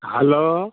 hello